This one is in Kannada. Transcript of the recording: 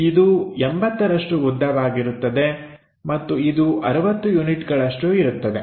ಇದು 80ರಷ್ಟು ಉದ್ದವಾಗಿರುತ್ತದೆ ಮತ್ತು ಇದು 60 ಯೂನಿಟ್ಗಳಷ್ಟು ಇರುತ್ತವೆ